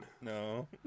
no